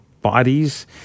bodies